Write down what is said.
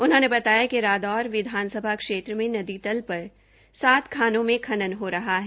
उन्होंने बताया कि रादौर विधानसभा क्षेत्र नदी तल पर सात खानों से खनन हो रहा है